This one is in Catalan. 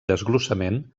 desglossament